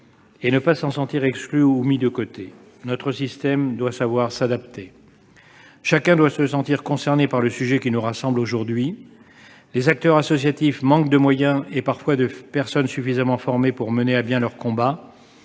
et ne pas s'en sentir exclu, mis de côté. Notre système doit s'adapter. Chacun doit se sentir concerné par le sujet qui nous rassemble aujourd'hui. Les acteurs associatifs manquent de moyens et parfois de personnes suffisamment formées pour mener à bien leur combat.